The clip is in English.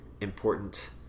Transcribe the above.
important